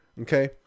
Okay